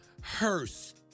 hearse